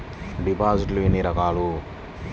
డిపాజిట్లు ఎన్ని రకాలు?